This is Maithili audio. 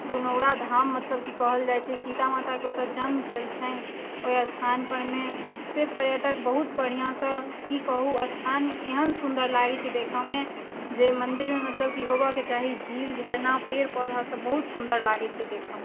पुनौरा धाम मतलब कि कहल जाइ छै सीता माताके ओतहि जन्म भेल छनि ओहि स्थान परमेसँ पर्यटक बहुत बढ़िआँसँ कि कहू स्थान एहन सुन्दर लागै छै देखऽमे जे मन्दिरमे मतलब कि होबऽके चाही झील झरना पेड़ पौधासब बहुत सुन्दर लागै छै देखऽमे